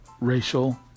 racial